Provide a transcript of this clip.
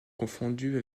confondue